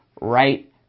right